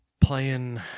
playing